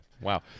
Wow